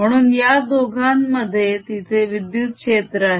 म्हणून या दोघांमध्ये तिथे विद्युत क्षेत्र आहे